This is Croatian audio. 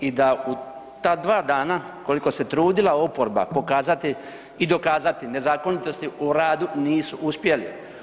I da u ta dva dana koliko se trudila oporba pokazati i dokazati nezakonitosti u radu, nisu uspjeli.